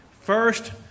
first